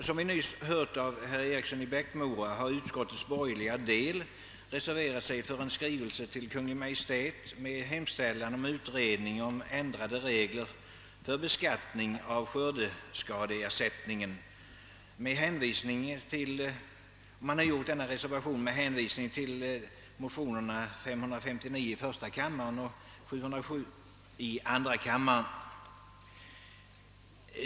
Som vi nyss hörde av herr Eriksson i Bäckmora har utskottets borgerliga del reserverat sig för en skrivelse till Kungl. Maj:t med hemställan om utredning om ändrade regler för beskattning av skördeskadeersättning. Man har gjort denna reservation med hänvisning till motionerna I: 559 och II: 707.